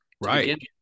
right